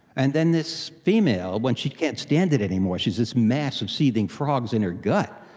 and then this female, when she can't stand it anymore, she has this mass of seething frogs in her gut,